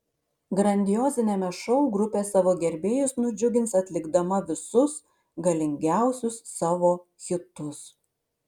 grandioziniame šou grupė savo gerbėjus nudžiugins atlikdama visus galingiausius savo hitus